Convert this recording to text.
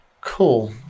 Cool